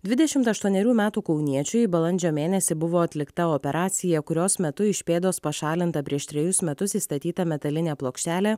dvidešimt aštuonerių metų kauniečiui balandžio mėnesį buvo atlikta operacija kurios metu iš pėdos pašalinta prieš trejus metus įstatyta metalinė plokštelė